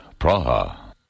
Praha